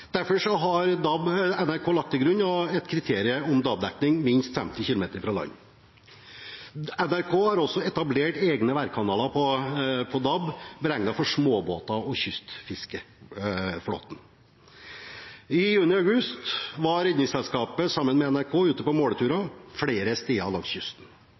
Derfor har NRK lagt til grunn et kriterium om DAB-dekning minst 50 km fra land. NRK har også etablert egne værkanaler på DAB beregnet på småbåter og kystfiskeflåten. I juni og august var Redningsselskapet sammen med NRK ute på måleturer flere steder langs kysten.